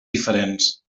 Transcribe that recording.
diferents